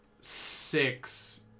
six